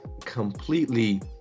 completely